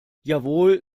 jawohl